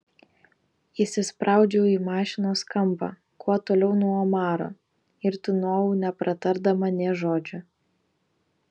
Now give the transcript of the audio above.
įsispraudžiau į mašinos kampą kuo toliau nuo omaro ir tūnojau nepratardama nė žodžio